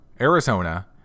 Arizona